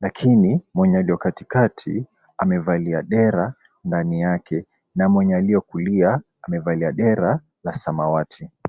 lakini mwenye aliye katikati amevalia dera ndani yake na mwenye aliye wa kulia amevalia dera la samawati.